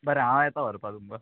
बरें हांव येता व्हरपा तुमकां